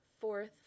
fourth